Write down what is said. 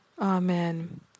Amen